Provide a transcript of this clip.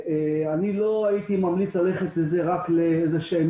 אני לא הייתי ממליץ ללכת רק למספרים,